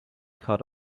cut